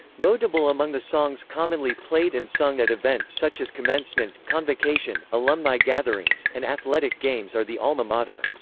notable among the songs commonly played and sung at events such as commencement, convocation, alumni gatherings, and athletic games are the alma mater,